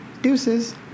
deuces